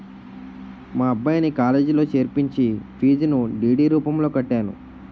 మా అబ్బాయిని కాలేజీలో చేర్పించి ఫీజును డి.డి రూపంలో కట్టాను